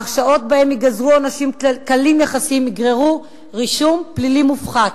ההרשעות שבהן ייגזרו עונשים קלים יחסית יגררו "רישום פלילי מופחת",